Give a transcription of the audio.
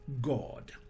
God